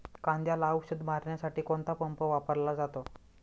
कांद्याला औषध मारण्यासाठी कोणता पंप वापरला जातो?